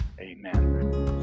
Amen